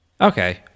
okay